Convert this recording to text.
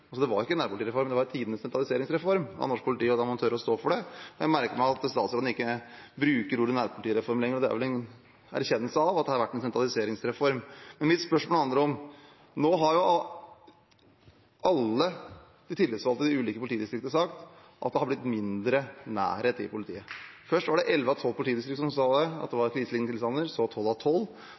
Det var altså ikke en nærpolitireform, men det var tidenes sentraliseringsreform av norsk politi, og da må man tørre å stå for det. Jeg merker meg at statsråden ikke bruker ordet «nærpolitireform» lenger, og det er vel en erkjennelse av at det har vært en sentraliseringsreform. Mitt spørsmål handler om: Nå har alle de tillitsvalgte i de ulike politidistriktene sagt at det har blitt mindre nærhet til politiet. Først var det elleve av tolv politidistrikter som sa at det var kriselignende tilstander, så var det tolv av tolv